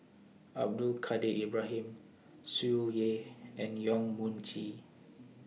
Abdul Kadir Ibrahim Tsung Yeh and Yong Mun Chee